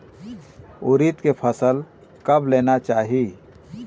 उरीद के फसल कब लेना चाही?